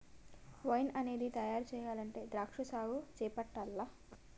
wine అనేది తయారు చెయ్యాలంటే ద్రాక్షా సాగు చేపట్టాల్ల